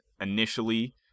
initially